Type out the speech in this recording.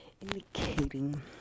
indicating